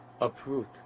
uproot